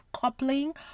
coupling